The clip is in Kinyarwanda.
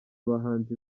abahanzi